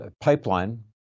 pipeline